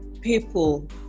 people